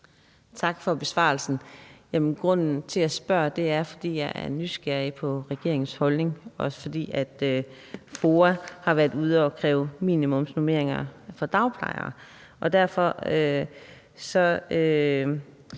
Tak for besvarelsen. Grunden til, at jeg spørger, er, fordi jeg er nysgerrig på regeringens holdning, og også fordi FOA har været ude og kræve minimumsnormeringer for dagplejere.